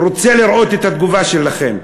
אני רוצה לראות את התגובה שלכם.